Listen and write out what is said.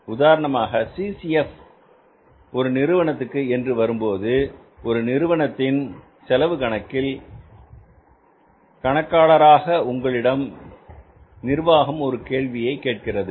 உதாரணமாக சிசிஎப் ஒரு நிறுவனத்திற்கு என்று வரும்போது நிறுவனத்தின் செலவு கணக்காளராக உங்களிடம் நிர்வாகம் ஒரு கேள்வியை கேட்கிறது